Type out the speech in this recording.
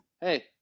Hey